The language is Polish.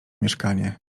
mieszkanie